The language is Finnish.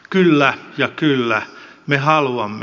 kyllä ja kyllä me haluamme